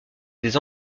des